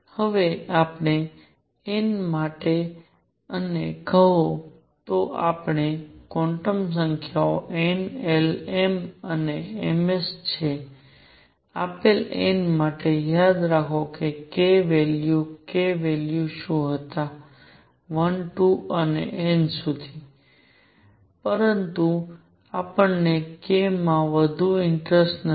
હવે આપેલ n માટે અને કહો તો આપણને ક્વોન્ટમ સંખ્યાઓ n l m અને ms છે આપેલ n માટે યાદ રાખો કે k વેલ્યુ k વેલ્યુ શું હતા 1 2 અને n સુધી પરંતુ આપણને k માં વધુ ઇન્ટરેસ્ટ નથી